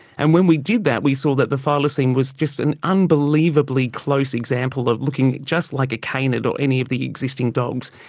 and when we did that we saw that the thylacine was just an unbelievably close example of looking just like a canid or any of the existing dogs,